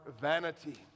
vanity